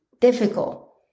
difficult